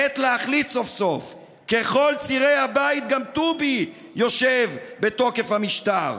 // עת להחליט סוף-סוף: ככל צירי הבית / גם טובי יושב בתוקף המשטר,